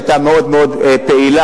שהיתה מאוד מאוד פעילה,